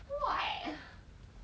what